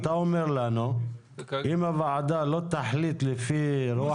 אתה אומר לנו שאם הוועדה לא תחליט לפי רוח